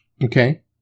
Okay